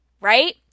Right